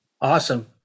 Awesome